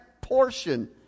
portion